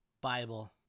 Bible